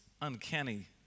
Uncanny